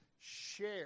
share